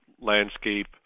landscape